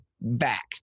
back